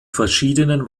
verschiedenen